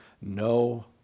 no